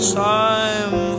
time